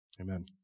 amen